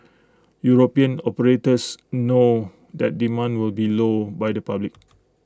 european operators know that demand will be low by the public